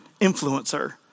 influencer